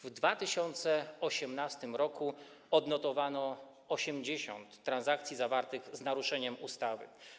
W 2018 r. odnotowano 80 transakcji zawartych z naruszeniem ustawy.